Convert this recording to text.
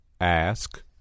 Ask